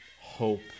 hope